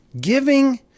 giving